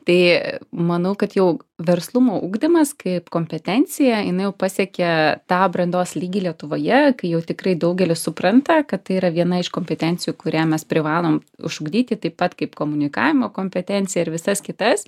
tai manau kad jau verslumo ugdymas kaip kompetencija jinai jau pasiekė tą brandos lygį lietuvoje kai jau tikrai daugelis supranta kad tai yra viena iš kompetencijų kurią mes privalom išugdyti taip pat kaip komunikavimo kompetenciją ir visas kitas